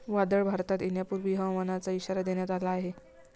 वादळ भारतात येण्यापूर्वी हवामानाचा इशारा देण्यात आला आहे